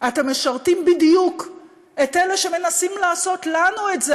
אתם משרתים בדיוק את אלה שמנסים לעשות לנו את זה.